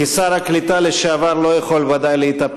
כשר הקליטה לשעבר ודאי אני לא יכול להתאפק,